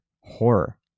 horror